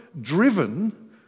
driven